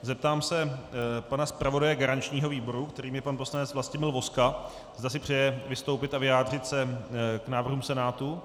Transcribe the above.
Zeptám se pana zpravodaje garančního výboru, kterým je pan poslanec Vlastimil Vozka, zda si přeje vystoupit a vyjádřit se k návrhům Senátu.